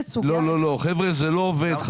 חבר'ה, זה לא עובד.